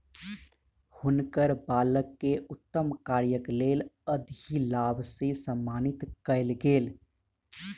हुनकर बालक के उत्तम कार्यक लेल अधिलाभ से सम्मानित कयल गेल